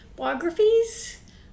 biographies